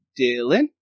Dylan